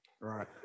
Right